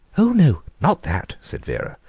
oh no, not that, said vera,